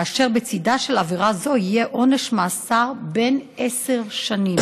כאשר בצידה של עבירה זו יהיה עונש מאסר בן עשר שנים.